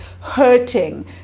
hurting